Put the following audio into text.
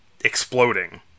exploding